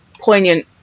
poignant